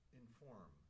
inform